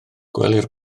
gwelir